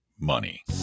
money